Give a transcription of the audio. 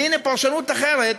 והנה פרשנות אחרת